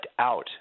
out